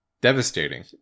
devastating